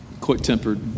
quick-tempered